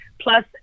plus